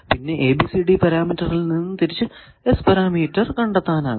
പിന്നെ ഈ ABCD പാരാമീറ്ററിൽ നിന്നും തിരിച്ചു S പാരാമീറ്റർ കണ്ടെത്താനാകും